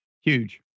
Huge